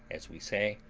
as we say,